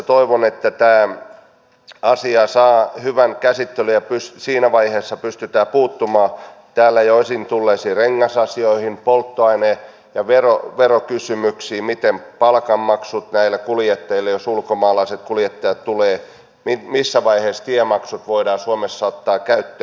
toivon että tämä asia saa valiokuntakäsittelyssä hyvän käsittelyn ja siinä vaiheessa pystytään puuttumaan täällä jo esiin tulleisiin rengasasioihin polttoaine ja verokysymyksiin siihen miten palkanmaksut järjestetään näille kuljettajille jos ulkomaalaiset kuljettajat tulevat missä vaiheessa tiemaksut voidaan suomessa ottaa käyttöön